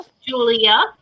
Julia